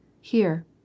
Here